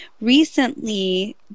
recently